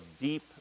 deep